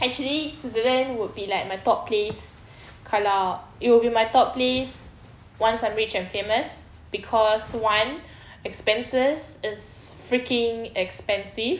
actually switzerland would be like my top place kalau it would be my top place once I'm rich and famous cause one expenses is freaking expensive